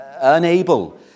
unable